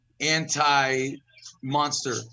anti-monster